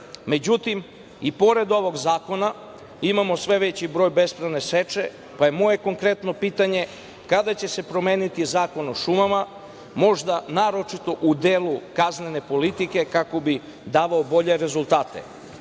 šumama.Međutim, i pored ovog zakona imamo sve veći broj bespravne seče, pa je moje konkretno pitanje - kada će se promeniti Zakon o šumama, možda naročito u delu kaznene politike kako bi davao bolje rezultate?